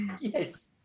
Yes